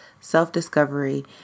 self-discovery